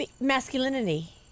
masculinity